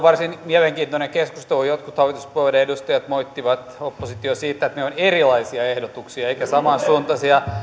varsin mielenkiintoinen keskustelu jotkut hallituspuolueiden edustajat moittivat oppositiota siitä että ne ovat erilaisia ehdotuksia eivätkä samansuuntaisia